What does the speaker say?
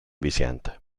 viciente